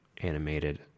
animated